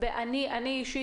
הבהירות הזאת